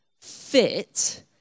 fit